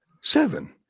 Seven